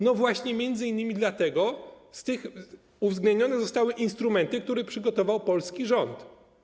No właśnie m.in. dlatego, z tego, że uwzględnione zostały instrumenty, które przygotował polski rząd.